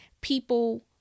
people